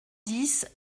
dix